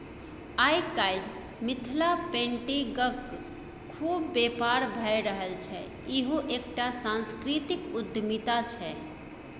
आय काल्हि मिथिला पेटिंगक खुब बेपार भए रहल छै इहो एकटा सांस्कृतिक उद्यमिता छै